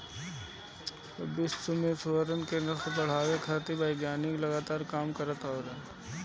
विश्व में सुअरन क नस्ल बढ़ावे खातिर वैज्ञानिक लगातार खोज करत बाटे